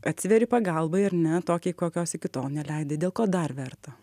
atsiveri pagalbai ar ne tokiai kokios iki tol neleidai dėl ko dar verta